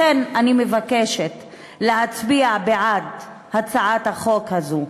לכן אני מבקשת להצביע בעד הצעת החוק הזאת.